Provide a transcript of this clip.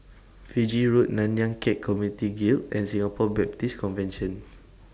Fiji Road Nanyang Khek Community Guild and Singapore Baptist Convention